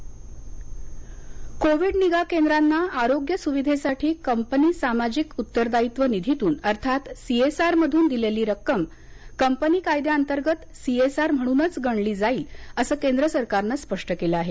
CSR covid निगा केंद्रांना आरोग्य सुविधेसाठी कंपनी सामाजिक उत्तरदायित्व निधीतून अर्थात सीएसआरमधून दिलेली रक्कम कंपनी कायद्याअंतर्गत सीएसआर म्हणूनच गणली जाईल असं केंद्र सरकारनं स्पष्ट केलं आहे